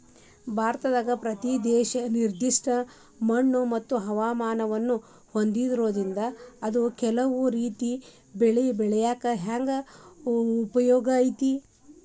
ಭಾರತದ ಪ್ರತಿ ಪ್ರದೇಶ ನಿರ್ದಿಷ್ಟ ಮಣ್ಣುಮತ್ತು ಹವಾಮಾನವನ್ನ ಹೊಂದಿರೋದ್ರಿಂದ ಅದು ಕೆಲವು ರೇತಿ ಬೆಳಿ ಬೆಳ್ಯಾಕ ಮಾತ್ರ ಯೋಗ್ಯ ಐತಿ